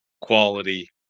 quality